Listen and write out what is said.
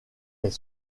est